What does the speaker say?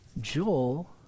Joel